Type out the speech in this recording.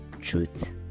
Truth